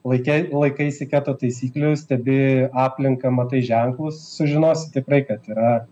laikei laikaisi keto taisyklių stebi aplinką matai ženklus sužinosi tikrai kad yra